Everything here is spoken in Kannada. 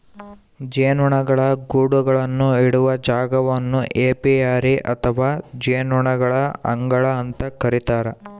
ಜೇನುನೊಣಗಳ ಗೂಡುಗಳನ್ನು ಇಡುವ ಜಾಗವನ್ನು ಏಪಿಯರಿ ಅಥವಾ ಜೇನುನೊಣಗಳ ಅಂಗಳ ಅಂತ ಕರೀತಾರ